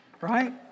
right